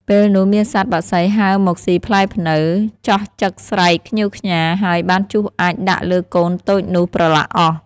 ពេលនោះមានសត្វបក្សីហើរមកស៊ីផ្លែព្នៅ ចោះចឹកស្រែកខ្ញៀវខ្ញារ ហើយបានជុះអាចម៍ដាក់លើកូនតូចនោះប្រឡាក់អស់។